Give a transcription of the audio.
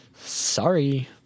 Sorry